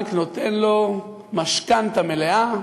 הבנק נותן לו משכנתה מלאה,